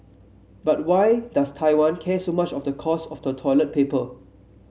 but why does Taiwan care so much of the cost of toilet paper